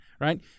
right